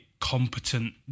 competent